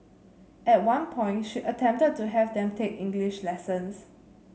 at one point she attempted to have them take English lessons